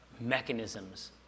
mechanisms